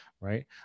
right